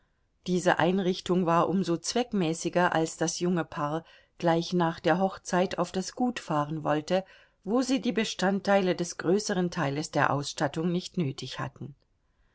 diese einrichtung war um so zweckmäßiger als das junge paar gleich nach der hochzeit auf das gut fahren wollte wo sie die bestandteile des größeren teiles der ausstattung nicht nötig hatten